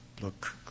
Look